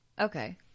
Okay